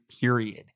period